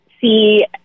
see –